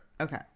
okay